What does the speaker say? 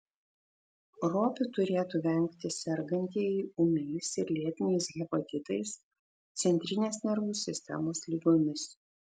ropių turėtų vengti sergantieji ūmiais ir lėtiniais hepatitais centrinės nervų sistemos ligomis